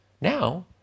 Now